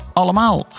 allemaal